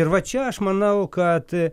ir va čia aš manau kad